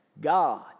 God